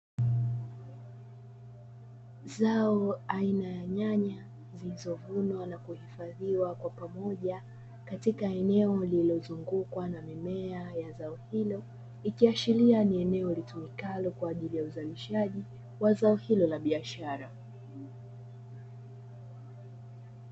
Zao aina ya nyanya zilizovunwa na kuhifadhiwa kwa pamoja katika eneo lililozungukwa na mimea ya zao hilo ikiashiria ni eneo litumikalo kwa ajili ya uzalishaji wa zao hilo la biashara.